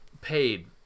paid